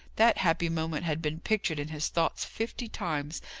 that happy moment had been pictured in his thoughts fifty times,